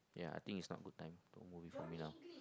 yeah I think it's not good time to movie for me now